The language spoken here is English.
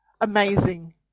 Amazing